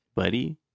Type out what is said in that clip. buddy